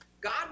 God